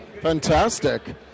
Fantastic